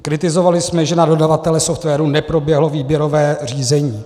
Kritizovali jsme, že na dodavatele softwaru neproběhlo výběrové řízení.